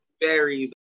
varies